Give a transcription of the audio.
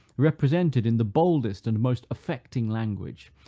represented, in the boldest and most affecting language,